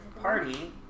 party